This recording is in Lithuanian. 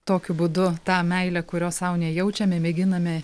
tokiu būdu tą meilę kurios sau nejaučiame mėginame